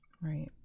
Right